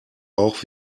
auch